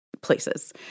places